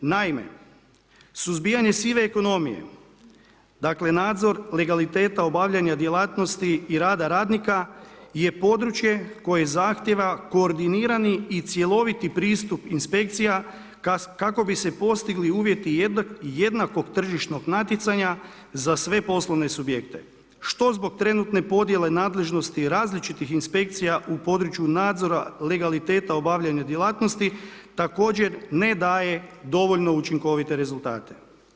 Naime suzbijanje sive ekonomije dakle nadzor legaliteta obavljanja djelatnosti i rada radnika je područje koje zahtjeva koordinirani i cjeloviti pristup inspekcija kako bi se postigli uvjeti jednakog tržišnog natjecanja za sve poslovne subjekte što zbog trenutne podjele nadležnosti i različitih inspekcija u području nadzora legaliteta obavljanja djelatnosti također ne daje dovoljno učinkovite rezultate.